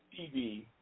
TV